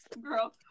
girl